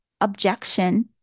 objection